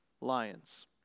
lions